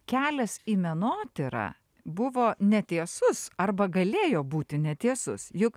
kelias į menotyrą buvo ne tiesus arba galėjo būti ne tiesus juk